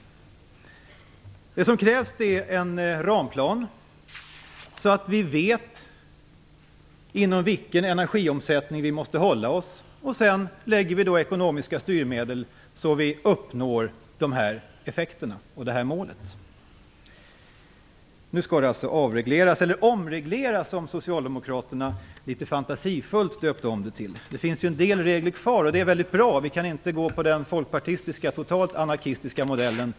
Det som krävs är en ramplan för att vi skall veta inom vilken energiomsättning vi måste hålla oss. Sedan får vi ta fram ekonomiska styrmedel så att vi uppnår dessa effekter och detta mål. Nu skall detta alltså avregleras, eller omregleras som socialdemokraterna litet fantasifullt döpt om det till. Det finns ju en del regler kvar. Det är mycket bra. Vi kan inte gå på den folkpartistiska totalt anarkistiska modellen.